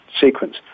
sequence